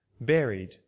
buried